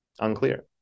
Unclear